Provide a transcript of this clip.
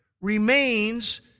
remains